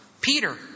Peter